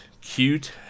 cute